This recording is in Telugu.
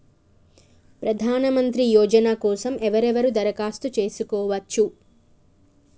ప్రధానమంత్రి యోజన కోసం ఎవరెవరు దరఖాస్తు చేసుకోవచ్చు?